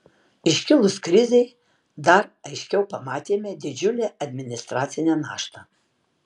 iškilus krizei dar aiškiau pamatėme didžiulę administracinę naštą